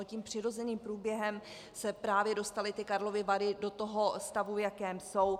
Tím přirozeným průběhem se právě dostaly Karlovy Vary do toho stavu, v jakém jsou.